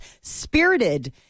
spirited